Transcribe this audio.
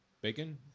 Bacon